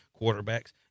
quarterbacks